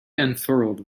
unfurled